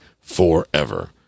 forever